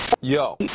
Yo